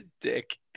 dick